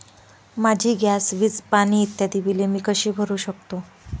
माझी गॅस, वीज, पाणी इत्यादि बिले मी कशी भरु शकतो?